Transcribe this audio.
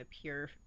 pure